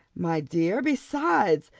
my dear besides,